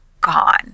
gone